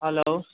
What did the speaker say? hello